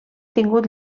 tingut